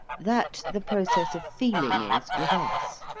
that the process of feeling is with us.